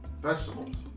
vegetables